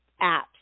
apps